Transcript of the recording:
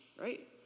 right